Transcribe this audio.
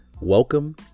Welcome